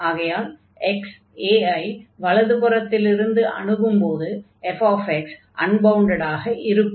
ஆகையால் x a ஐ வலதுபுறத்தில் இருந்து அணுகும்போது f அன்பவுண்டடாக இருக்கும்